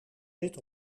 zit